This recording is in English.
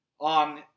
on